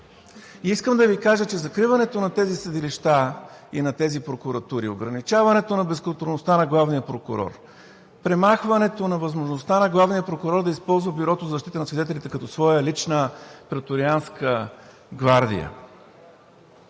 И искам да Ви кажа, че закриването на тези съдилища и на тези прокуратури, ограничаването на безконтролността на главния прокурор, премахването на възможността на главния прокурор да използва Бюрото за защита на свидетелите като своя лична преторианска гвардия